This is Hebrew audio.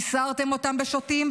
ייסרתם אותם בשוטים.